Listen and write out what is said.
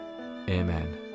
amen